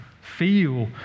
Feel